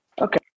Okay